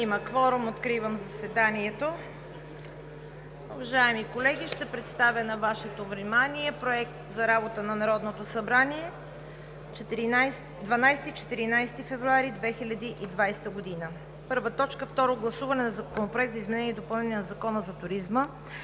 Има кворум – откривам заседанието. Уважаеми колеги, ще представя на Вашето внимание Проект за работата на Народното събрание за 12 – 14 февруари 2020 г.: „1. Второ гласуване на Законопроекта за изменение и допълнение на Закона за туризма.